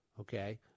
Okay